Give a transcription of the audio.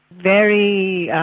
very